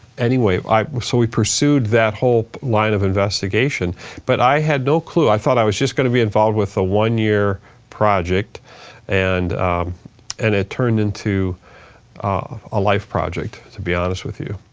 anyway, so we pursued that whole line of investigation but i had no clue. i thought i was just going to be involved with a one year project and and it turned into a life project, to be honest with you.